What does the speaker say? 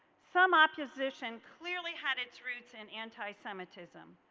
some opposition clearly had its roots in anti semitism.